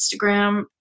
Instagram